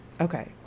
Okay